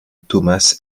thomas